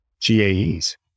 GAEs